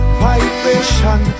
vibration